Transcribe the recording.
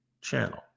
channel